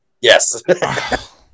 Yes